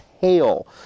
hail